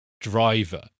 Driver